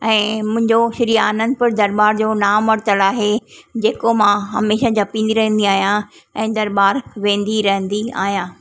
ऐं मुंहिंजो श्री आनंदपुर दरॿार जो नाम वरितल आहे जेको मां हमेशह जपींदी रहंदी आहियां ऐं दरॿार वेंदी रहंदी आहियां